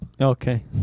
Okay